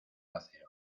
acero